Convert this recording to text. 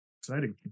exciting